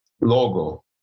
logo